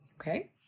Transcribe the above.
okay